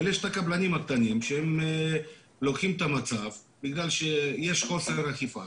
אבל יש את הקבלנים הקטנים שלוקחים את המצב בגלל שיש חוסר אכיפה.